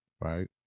Right